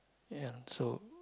ya so